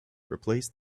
replace